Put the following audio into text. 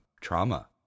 trauma